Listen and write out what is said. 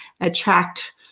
attract